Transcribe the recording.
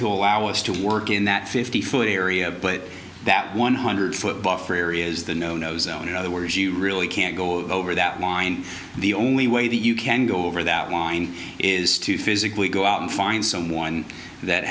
to allow us to work in that fifty foot area but that one hundred foot buffer area is the no no zone in other words you really can't go over that one mine the only way that you can go over that line is to physically go out and find someone that